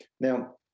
Now